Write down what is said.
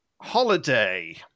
Holiday